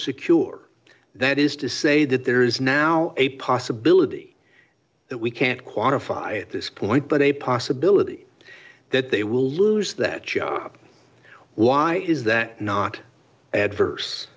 secure that is to say that there is now a possibility that we can't quantify at this point but a possibility that they will lose that show up why is that not adverse